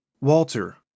Walter